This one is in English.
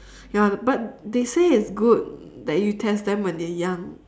ya the but they say it's good that you test them when they are young